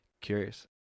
curious